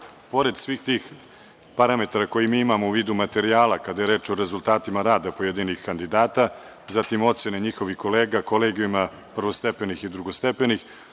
pored svih tih parametara koje mi imamo u vidu materijala, kada je reč o rezultatima rada pojedinih kandidata, zatim ocene njihovih kolega, kolegijuma prvostepenih i drugostepenih,